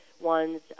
ones